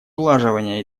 улаживания